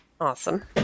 Awesome